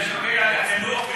זה נוגע לחינוך,